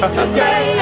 today